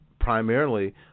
primarily